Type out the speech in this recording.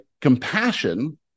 compassion